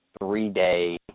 three-day